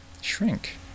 Shrink